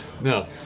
No